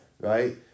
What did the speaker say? right